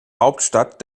hauptstadt